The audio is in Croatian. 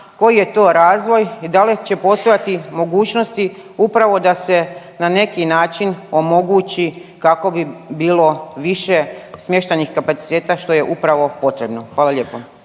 Koji je to razvoj i da li će postojati mogućnosti upravo da se na neki način omogući kako bi bilo više smještajnih kapaciteta što je upravo potrebno? Hvala lijepo.